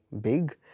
big